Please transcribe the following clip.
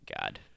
God